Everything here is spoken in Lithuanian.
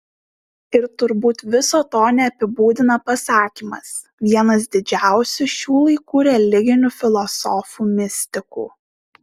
ir turbūt viso to neapibūdina pasakymas vienas didžiausių šių laikų religinių filosofų mistikų